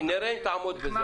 נראה אם תעמוד בזה.